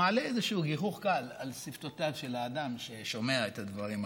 מעלה איזשהו גיחוך גל על שפתותיו של האדם ששומע את הדברים הללו: